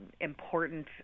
important